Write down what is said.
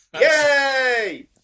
Yay